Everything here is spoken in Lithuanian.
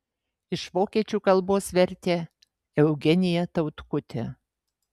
iš vokiečių kalbos vertė eugenija tautkutė